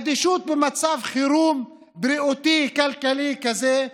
אדישות במצב חירום בריאותי-כלכלי כזה?